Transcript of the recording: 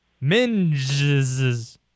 Minge's